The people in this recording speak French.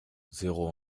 zéro